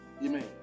Amen